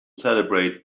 celebrate